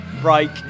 break